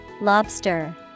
Lobster